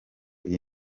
iyi